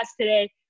today